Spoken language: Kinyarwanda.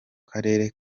karere